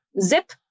Zip